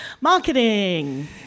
marketing